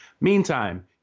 Meantime